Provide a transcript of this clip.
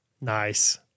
Nice